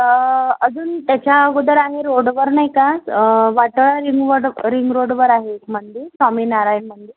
तर अजून त्याच्या अगोदर आहे रोडवर नाही का वाटं रिंगवड रींगरोडवर आहे एक मंदिर स्वामीनारायण मंदिर